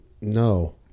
No